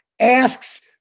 asks